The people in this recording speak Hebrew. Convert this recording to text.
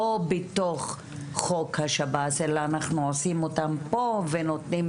לא בתוך חוק השב"ס אלא אנחנו עושים אותם פה ונותנים